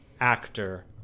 actor